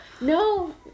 No